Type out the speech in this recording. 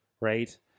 right